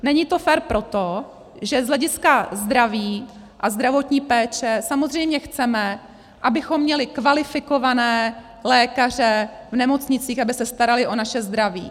Není to fér proto, že z hlediska zdraví a zdravotní péče samozřejmě chceme, abychom měli kvalifikované lékaře v nemocnicích, aby se starali o naše zdraví.